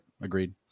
Agreed